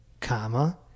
comma